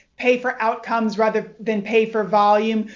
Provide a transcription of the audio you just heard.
pay for outcomes rather than pay for volume,